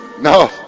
No